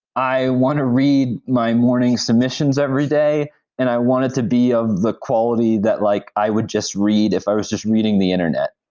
i want to read my morning submissions every day and i want it to be of the quality that like i would just read if i was just reading the internet.